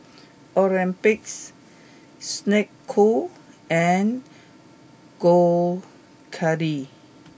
Olympus Snek Ku and Gold Kili